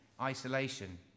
isolation